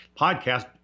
podcast